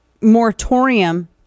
moratorium